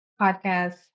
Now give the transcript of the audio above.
podcast